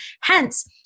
Hence